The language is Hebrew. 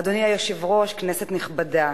אדוני היושב-ראש, כנסת נכבדה,